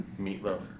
Meatloaf